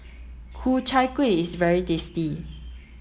Ku Chai Kuih is very tasty